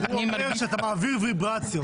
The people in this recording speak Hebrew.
הוא אומר שאתה מעביר ויברציות.